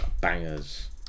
bangers